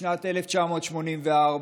בשנת 1984,